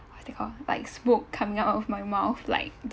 what's that call like smoke coming out of my mouth like